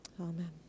Amen